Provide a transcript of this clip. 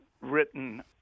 written